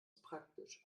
praktisch